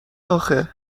آخه